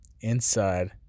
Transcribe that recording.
inside